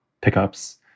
pickups